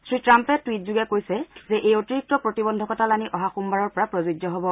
শ্ৰীট্টাম্পে টুইট যোগে কৈছে যে এই অতিৰিক্ত প্ৰতিবন্ধকতালানি অহা সোমবাৰৰ পৰা প্ৰযোজ্য হ'ব